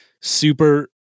super